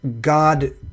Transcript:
God